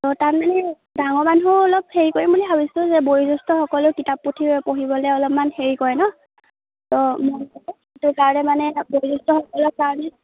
তাত মানে এই ডাঙৰ মানুহৰো অলপ হেৰি কৰিম বুলি ভাবিছোঁ যে বয়োজ্যেষ্ঠসকলেও কিতাপ পুথি পঢ়িবলৈ অলপমান হেৰি কৰে ন তো মই সেইকাৰণে মানে বয়োজ্যষ্ঠসকলৰ কাৰণে